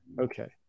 Okay